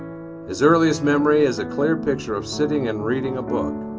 his earliest memory is a clear picture of sitting and reading a book.